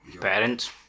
Parents